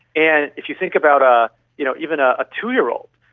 and if you think about ah you know even ah a two-year-old,